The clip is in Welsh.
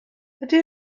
ydy